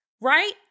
right